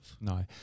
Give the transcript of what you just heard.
No